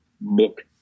book